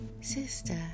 Sister